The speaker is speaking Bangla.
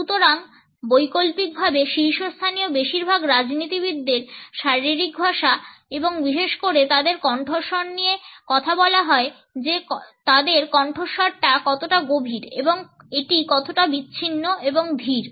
সুতরাং বৈকল্পিকভাবে শীর্ষস্থানীয় বেশিরভাগ রাজনীতিবিদদের শারীরিক ভাষা এবং বিশেষ করে তাদের কণ্ঠস্বর নিয়ে কথা বলা হয় যে তাদের কণ্ঠস্বর কতটা গভীর এবং এটি কতটা বিচ্ছিন্ন এবং ধীর